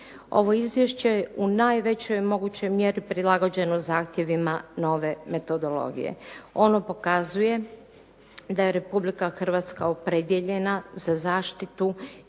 Ovo izvješće je u najvećoj mogućoj mjeri prilagođen zahtjevima nove metodologije. Ono pokazuje da je Republika Hrvatska opredijeljena za zaštitu